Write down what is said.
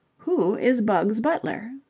who is bugs butler?